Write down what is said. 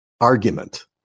argument